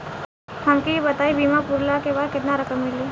हमके ई बताईं बीमा पुरला के बाद केतना रकम मिली?